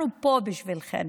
אנחנו פה בשבילכן.